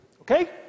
Okay